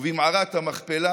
/ מערת המכפלה,